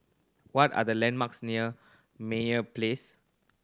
what are the landmarks near Meyer Place